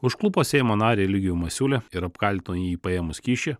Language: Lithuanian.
užklupo seimo narį eligijų masiulį ir apkaltino jį paėmus kyšį